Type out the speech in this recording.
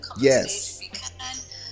Yes